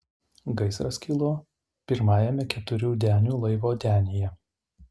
gaisras kilo pirmajame keturių denių laivo denyje